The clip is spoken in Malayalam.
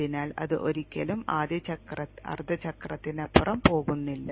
അതിനാൽ അത് ഒരിക്കലും ആദ്യ അർദ്ധ ചക്രത്തിനപ്പുറം പോകുന്നില്ല